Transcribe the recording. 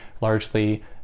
largely